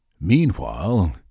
Meanwhile